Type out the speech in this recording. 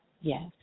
Yes